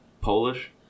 Polish